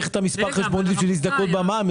את מספר החשבון כדי להזדכות במע"מ.